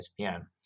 ESPN